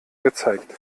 gezeigt